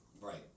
Right